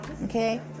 Okay